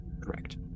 Correct